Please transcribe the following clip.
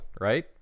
right